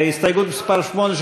הסתייגות מס' 8,